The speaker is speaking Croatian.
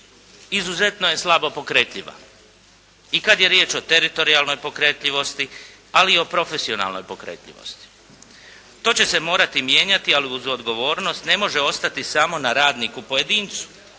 izuzetno je slabo pokretljiva i kada je riječ o teritorijalnoj pokretljivosti, ali i o profesionalnoj pokretljivosti. To će se morati mijenjati ali uz odgovornost ne može ostati samo na radniku pojedincu.